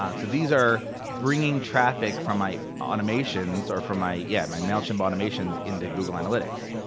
ah these are bringing traffic from my automations or from my, yeah my mailchimp automations into google analytics,